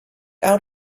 out